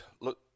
look